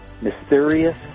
mysterious